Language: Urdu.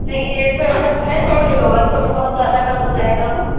نہیں ڈیڑھ سو ہو سکتا ہے سو نہیں ہوگا سو بہت زیادہ کم ہو جائے گا